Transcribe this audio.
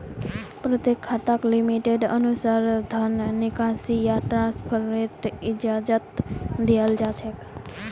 प्रत्येक खाताक लिमिटेर अनुसा र धन निकासी या ट्रान्स्फरेर इजाजत दीयाल जा छेक